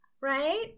right